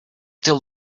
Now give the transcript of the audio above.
till